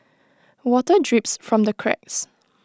water drips from the cracks